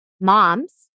Moms